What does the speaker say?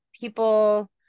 people